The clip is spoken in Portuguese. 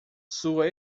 sua